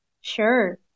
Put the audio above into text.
Sure